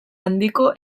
handiko